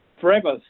forever